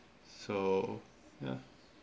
so ya